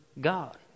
God